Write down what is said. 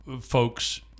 folks